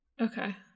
Okay